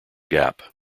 gap